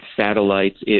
satellites